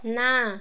ନା